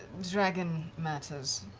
dragon matters.